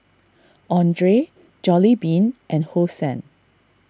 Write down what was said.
andre Jollibean and Hosen